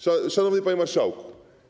Szanowny Panie Marszałku!